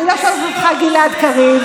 גלעד קריב,